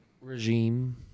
regime